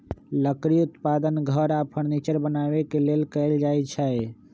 लकड़ी उत्पादन घर आऽ फर्नीचर बनाबे के लेल कएल जाइ छइ